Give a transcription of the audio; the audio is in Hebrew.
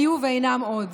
היו ואינם עוד,